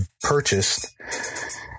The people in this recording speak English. purchased